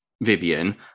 Vivian